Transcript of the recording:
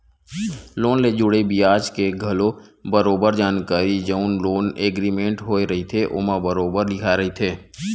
loan ले जुड़े बियाज के घलो बरोबर जानकारी जउन लोन एग्रीमेंट होय रहिथे ओमा बरोबर लिखाए रहिथे